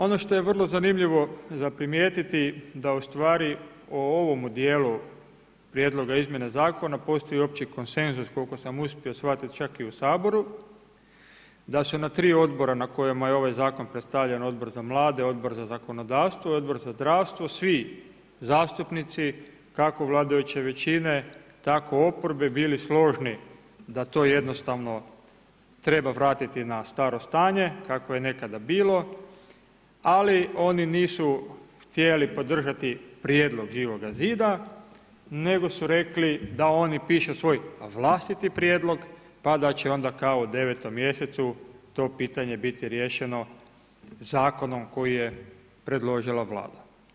Ono što je vrlo zanimljivo za primijetiti da u stvari u ovomu dijelu Prijedloga izmjene Zakona postoji opći konsenzus, koliko sam uspio shvatiti čak i u Saboru, da su na tri odbora na kojemu je ovaj zakon predstavljen, Odbor za mlade, Odbor za zakonodavstvo i Odbor za zdravstvo svi zastupnici, kako vladajuće većine tako oporbe bili složni da to jednostavno treba vratiti na staro stanje kako je nekada bilo, ali oni nisu htjeli podržati Prijedlog Živog zida nego su rekli da oni pišu svoj vlastiti prijedlog pa da će onda kao u 9. mjesecu to pitanje biti riješeno zakonom koji je predložila Vlada.